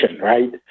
right